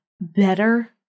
better